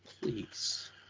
Please